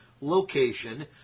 location